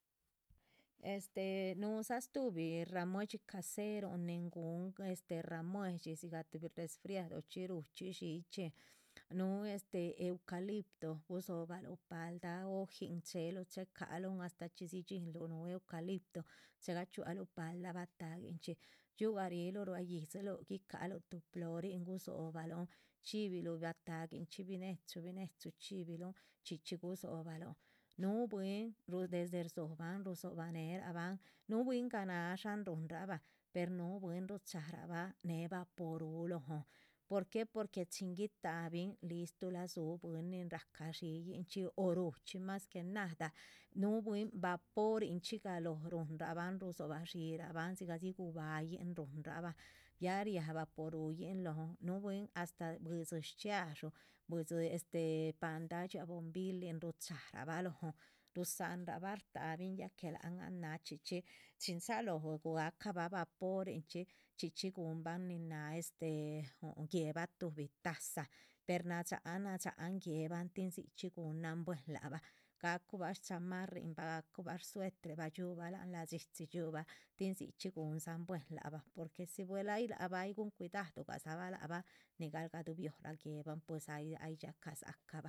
Este núhudza stuhbi ramuedxi caseron nin guhun este ramuedxi, dzigah tuhbi resfriadochxi rúhchxi, dxíichxi, núhu este eucalipto gudzohobaluh paldah. hojin, chéheun checahalun astáh chxídzi dxínluh núhu eucalipto, chegachxualuh paldah batahguinchxi, dxiugariluh ruá yídziluh, guicaluh tuhbi plorin gudzóhobalun chxíbiluhu. batahguinchxi binechu binechu, chxíniluhn chxí chxí gudzohobalun núhu bwín desde rdzóhoban, rudzoba neheraban, núhu bwín ganá sháhan ruhunrabah núhu b+win rucha rah bah. néhe vaporu lóhon porque porque chin guitáhabin listrula dzúhu bwín nin rahca dxíiyinchxi o ruhchxi mas que nada, núhu bwín vaporinchxi galóho ruhnrabahn rudozbah. dxíihiraban dzigah dzi gubáha yin ruhunraban, ya riáha vaporuyin lóhon, núhu bwín astáh buidzi shchxiadxú, buidzi este paldah dxiáa bombilin ruchá rabah lóhon. ruzánrah bah shtáhabin ya que lá han an náha chxí chxí chin dzalóho gahcabah vaporin chxí chxí chxí guhunban nin náha este huhu guéhebah tuhbi. taza per nadxáhan nadxáhan guébahn tin dzichxí guhunan buehen lac bah gacubah shcamarrin bah gacubah sueterbah, dxiúbah láhan ladxíchi, dxiúbah tin dzichxí. guhundzan buen lac bah porque si buel ay lac bah ay guhun cuidadu dza bah lac bah nigal gadubih hora guéhebahn pues ay ay dxiacah dzácah bah.